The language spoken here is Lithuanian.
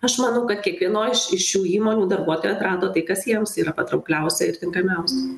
aš manau kad kiekvienoj iš iš šių įmonių darbuotojai atrado tai kas jiems yra patraukliausia ir tinkamiausia